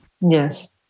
Yes